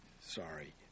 Sorry